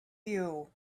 you